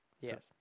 Yes